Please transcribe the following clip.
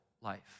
life